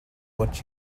what